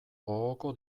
gogoko